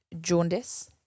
jaundice